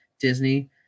Disney